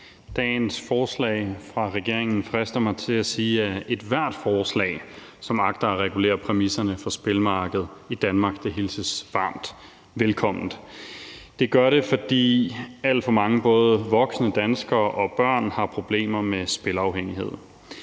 Dagens forslag fra regeringen frister mig til at sige, at ethvert forslag, som agter at regulere præmisserne for spilmarkedet i Danmark, hilses varmt velkommen. Det gør det, fordi alt for mange, både voksne danskere og børn, har problemer med spilafhængighed.